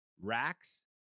racks